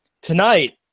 tonight